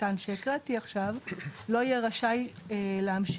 הקטן שהקראתי עכשיו לא יהיה רשאי להמשיך